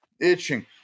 Itching